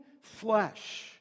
flesh